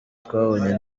twabonye